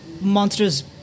Monsters